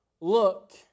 look